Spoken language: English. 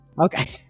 Okay